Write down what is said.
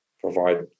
provide